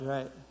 Right